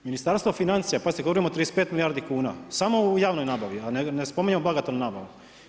Ministarstvo financija, pazite govorim o 35 milijardi kuna samo u javnoj nabavi, a ne spominjemo bagatelnu nabavu.